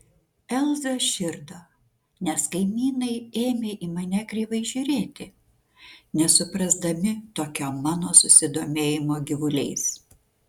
elza širdo nes kaimynai ėmė į mane kreivai žiūrėti nesuprasdami tokio mano susidomėjimo gyvuliais